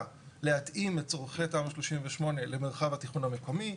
להתאים את צרכי תמ"א 38 למרחב התכנון המקומי.